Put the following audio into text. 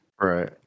Right